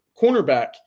cornerback